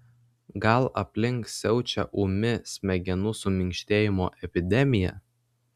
gal aplink siaučia ūmi smegenų suminkštėjimo epidemija